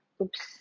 oops